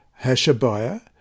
Hashabiah